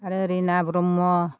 आरो रिना ब्रह्म